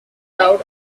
crowd